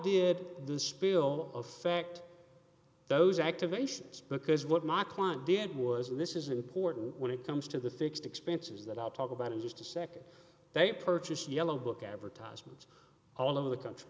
did this spill affect those activations because what my client did was listen is important when it comes to the fixed expenses that i'll talk about in just a nd they purchased yellow book advertisements all over the country